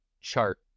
chart